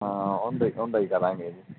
ਹਾਂ ਉਹਨਾਂ ਦਾ ਹੀ ਉਹਨਾਂ ਦਾ ਹੀ ਕਰਾਂਗੇ